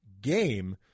game